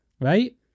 Right